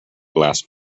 last